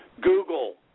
Google